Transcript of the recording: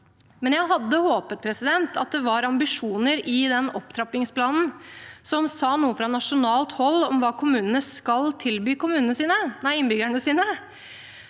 men jeg hadde håpet at det var ambisjoner i den opp trappingsplanen som sa noe fra nasjonalt hold om hva kommunene skal tilby innbyggerne sine.